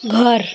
घर